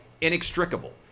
inextricable